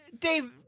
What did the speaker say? Dave